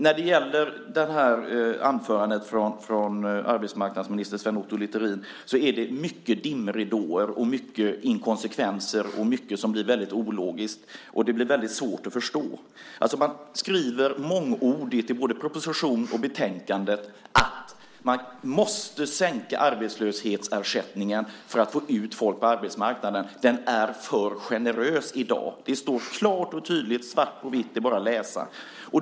När det gäller anförandet från arbetsmarknadsminister Sven Otto Littorin är det mycket dimridåer, mycket inkonsekvenser och mycket som blir väldigt ologiskt. Det blir väldigt svårt att förstå. Man skriver mångordigt i både proposition och betänkande att man måste sänka arbetslöshetsersättningen för att få ut folk på arbetsmarknaden - den är för generös i dag. Det står klart och tydligt, svart på vitt. Det är bara att läsa.